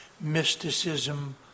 mysticism